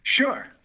Sure